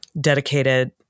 dedicated